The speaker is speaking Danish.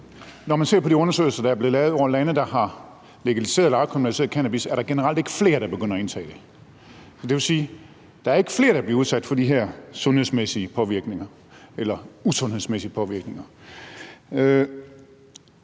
Når man ser på de undersøgelser, der er blevet lavet i lande, der har legaliseret eller afkriminaliseret cannabis, er der generelt ikke flere, der begynder at indtage det. Det vil sige, at der ikke er flere, der bliver udsat for de her sundhedsmæssige påvirkninger